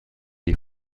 des